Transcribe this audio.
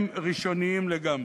הם ראשוניים לגמרי.